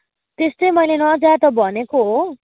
त्यस्तै मैले नजा त भनेको हो